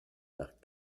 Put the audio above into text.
nach